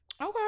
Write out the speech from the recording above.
Okay